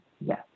yes